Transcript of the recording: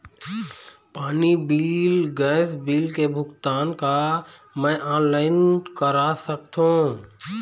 पानी bill gas bill के भुगतान का मैं ऑनलाइन करा सकथों?